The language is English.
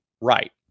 Right